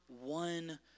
one